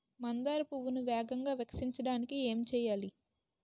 మందార పువ్వును వేగంగా వికసించడానికి ఏం చేయాలి?